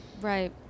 Right